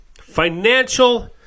financial